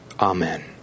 Amen